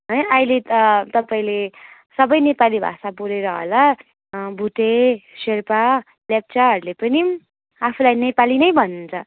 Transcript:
है अहिले त तपाईँले सबै नेपाली भाषा बोलेर होला भोटे सेर्पा लेप्चाहरूले पनि आफूलाई नेपाली नै भन्छ